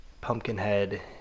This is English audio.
Pumpkinhead